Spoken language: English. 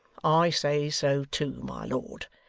i say so too, my lord.